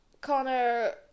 Connor